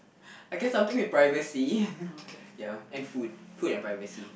I guess something with privacy ya and food food and privacy